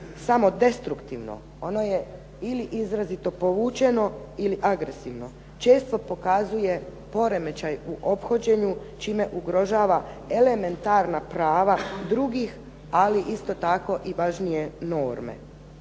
samodestruktivno. Ono je ili izrazito povučeno ili agresivno, često pokazuje poremećaj u ophođenju čime ugrožava elementarna prava drugih, ali isto tako i važnije norme.